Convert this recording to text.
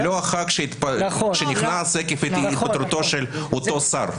זה לא החבר כנסת שנכנס עקב התפטרותו של אותו שר.